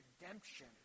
redemption